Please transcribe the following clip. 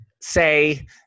say